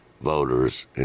voters